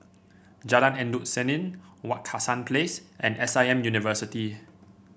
Jalan Endut Senin Wak Hassan Place and S I M University